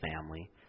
family